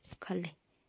ꯈꯟꯂꯤ